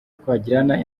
twagirana